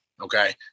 Okay